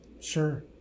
Sure